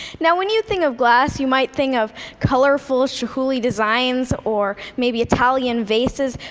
now, when you think of glass, you might think of colorful chihuly designs, or maybe italian vases,